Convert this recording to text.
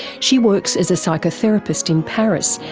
she works as a psychotherapist in paris,